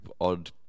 odd